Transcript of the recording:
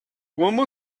woman